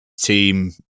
team